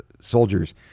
soldiers